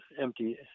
empty